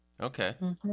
Okay